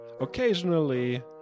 occasionally